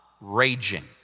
raging